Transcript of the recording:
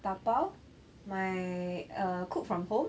打包 my uh cook from home